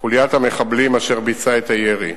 המחבלים אשר ביצעה את הירי.